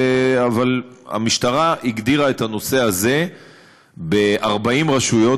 אבל המשטרה הגדירה את הנושא הזה ב-40 רשויות,